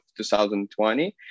2020